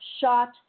shot